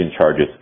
charges